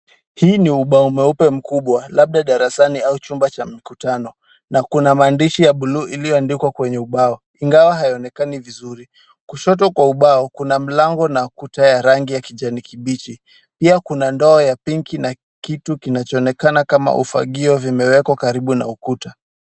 Hii ni ubao mweupe mkubwa labda darasani au chumba cha makutano na kuna maandishi ya buluu iliyoandikwa kwenye ubao ingawa hayaonekani vizuri. Kushoto kwa ubao kuna mlango na kuta ya rangi ya kijani kibichi. Pia kuna ndoo ya pinki na kitu kinachoonekana kama ufagio vimewekwa karibu na ukuta.